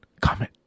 comment